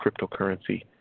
cryptocurrency